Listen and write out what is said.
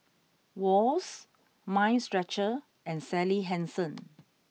Wall's Mind Stretcher and Sally Hansen